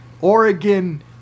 Oregon